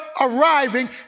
arriving